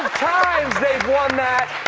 times they've won that.